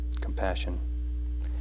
compassion